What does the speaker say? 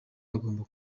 hagomba